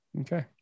okay